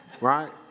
right